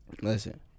Listen